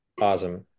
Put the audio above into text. Awesome